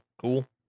Cool